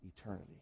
eternity